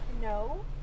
No